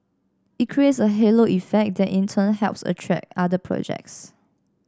it creates a halo effect that in turn helps attract other projects